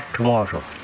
tomorrow